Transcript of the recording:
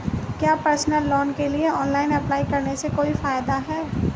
क्या personal loan के लिए ऑनलाइन अप्लाई करने से कोई फायदा है?